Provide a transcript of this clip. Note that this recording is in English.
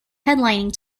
headlining